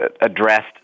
addressed